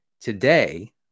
Today